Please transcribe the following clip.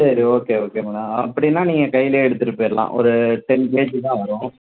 சரி okay okay madam அப்படின்னா நீங்கள் கையிலே எடுத்துகிட்டு போயிடலாம் ஒரு டென் கேஜி தான் வரும்